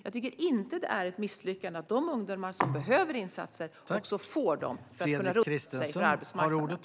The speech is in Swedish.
Jag tycker inte att det är ett misslyckande att de ungdomar som behöver insatser också får dem för att kunna rusta sig för arbetsmarknaden.